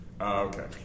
Okay